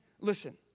listen